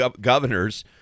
governors